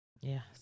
Yes